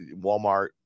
Walmart